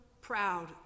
proud